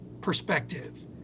perspective